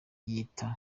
yita